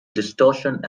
distortion